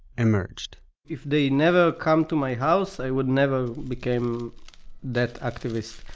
emerged if they never come to my house, i would never became that activist.